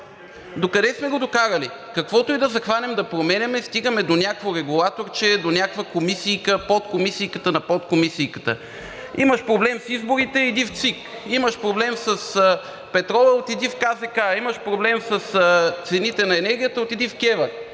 Докъде сме го докарали? Каквото и да захванем да променяме, стигаме до някакво регулаторче, до някаква комисийка, подкомисийката на подкомисийката. Имаш проблем с изборите – иди в ЦИК, имаш проблем с петрола – отиди в КЗК, имаш проблем с цените на енергията – отиди в КЕВР.